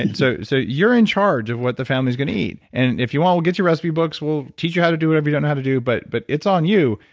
and so so you're in charge of what the family's going to eat. and if you want, we'll get you recipe books. we'll teach you how to do whatever you don't know how to do, but but it's on you,